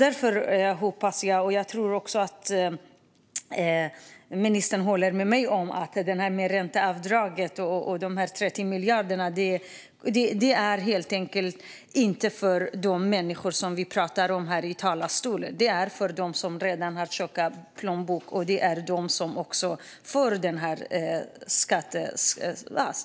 Jag hoppas och tror att ministern håller med mig om att de 30 miljarderna i ränteavdrag är helt enkelt inte för de människor som vi talar om här. De är för dem som redan har tjock plånbok, och det är också de som för den här politiken.